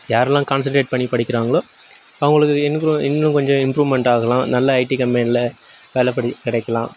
யாரெல்லாம் கான்சன்ட்ரேட் பண்ணி படிக்கிறாங்களோ அவங்களுக்கு இன்னும் க்ரோ இன்னும் கொஞ்சம் இம்ப்ரூவ்மெண்ட் ஆகலாம் நல்ல ஐடி கம்பெனியில் வேலை படி கிடைக்கலாம்